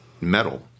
metal